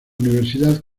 universidad